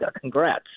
Congrats